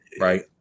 right